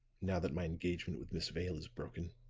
now that my engagement with miss vale is broken.